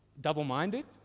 double-minded